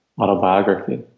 autobiography